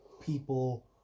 people